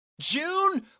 June